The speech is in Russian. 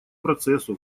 процессу